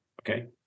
okay